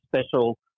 special